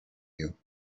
you